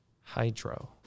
Hydro